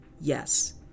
yes